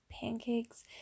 pancakes